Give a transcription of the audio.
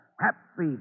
Happy